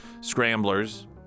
scramblers